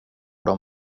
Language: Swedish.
dem